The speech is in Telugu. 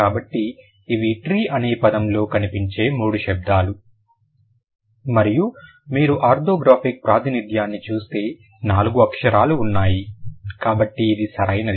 కాబట్టి ఇవి ట్రీ అనే పదంలో కనిపించే మూడు శబ్దాలు మరియు మీరు ఆర్థోగ్రాఫిక్ ప్రాతినిధ్యాన్ని చూస్తే 4 అక్షరాలు ఉన్నాయి కాబట్టి ఇది సరైనది